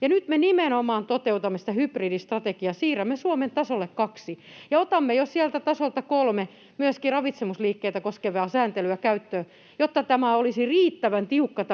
nyt me nimenomaan toteutamme sitä hybridistrategiaa, siirrämme Suomen tasolle 2 ja otamme jo myöskin sieltä tasolta 3 ravitsemusliikkeitä koskevaa sääntelyä käyttöön, jotta tämä paketti olisi riittävän tiukka